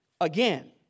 again